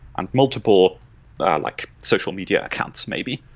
and multiple like social media accounts maybe.